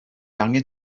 angen